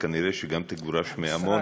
וכנראה גם תגורש מעמונה,